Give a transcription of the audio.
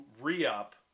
re-up